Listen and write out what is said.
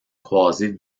croisée